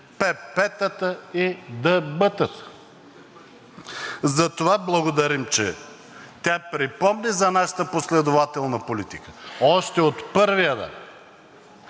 ПП-тата и ДБ-тата. Затова благодарим, че тя припомни за нашата последователна политика още от първия ден,